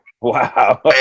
wow